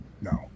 no